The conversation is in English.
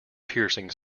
piercing